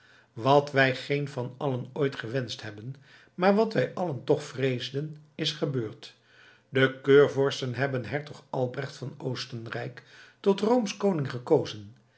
wat wij geen van allen ooit gewenscht hebben maar wat wij allen toch vreesden is gebeurd de keurvorsten hebben hertog albrecht van oostenrijk tot roomsch koning gekozen